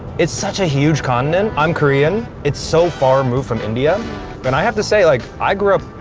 it's such a huge continent. i'm korean. it's so far removed from india and i have to say like i grew up,